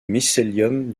mycélium